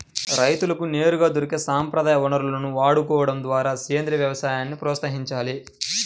రైతులకు నేరుగా దొరికే సంప్రదాయ వనరులను వాడుకోడం ద్వారా సేంద్రీయ వ్యవసాయాన్ని ప్రోత్సహించాలి